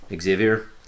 Xavier